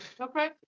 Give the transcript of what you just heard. Okay